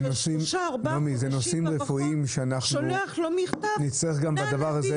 אחרי שלושה-ארבעה חודשים המכון שולח לו מכתב: נא להביא אישור מרופא.